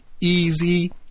Easy